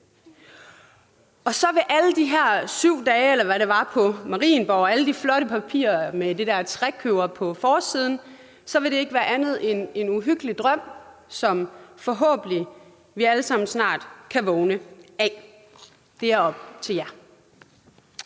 Og så vil alle de her 7 dage, eller hvad det var, på Marienborg og alle de flotte papirer med det der trekløver på forsiden ikke være andet end en uhyggelig drøm, som vi forhåbentlig alle sammen snart kan vågne af. Det er op til jer.